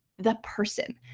the person,